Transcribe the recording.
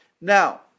now